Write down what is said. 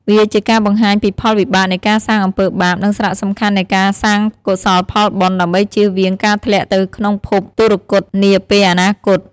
វាជាការបង្ហាញពីផលវិបាកនៃការសាងអំពើបាប និងសារៈសំខាន់នៃការសាងកុសលផលបុណ្យ ដើម្បីជៀសវាងការធ្លាក់ទៅក្នុងភពទុគ៌តនាពេលអនាគត។